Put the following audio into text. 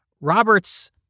Roberts